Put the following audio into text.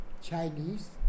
Chinese